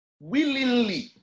willingly